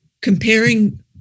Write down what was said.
comparing